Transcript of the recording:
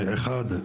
אחד,